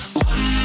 one